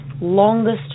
Longest